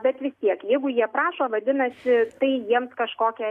bet vis tiek jeigu jie prašo vadinasi tai jiems kažkokią